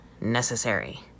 necessary